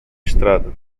estrada